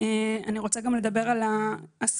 אני רוצה גם לדבר על ההסברה,